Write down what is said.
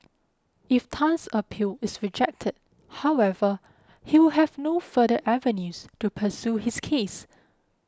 if Tan's appeal is rejected however he will have no further avenues to pursue his case